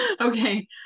Okay